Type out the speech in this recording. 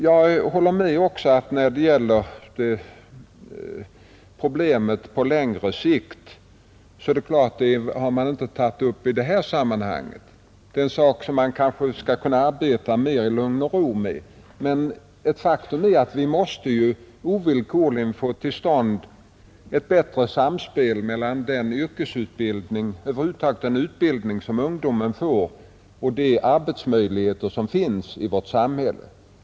Jag håller också med om att man i detta sammanhang inte har tagit upp problemen på längre sikt. Det är en sak man skulle kunna arbeta mera med i lugn och ro. Men ett faktum är att vi ovillkorligen måste få till stånd ett bättre samspel mellan den yrkesutbildning och utbildning över huvud taget som ungdomarna får och de arbetsmöjligheter som finns i vårt samhälle.